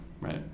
right